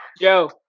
Yo